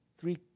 three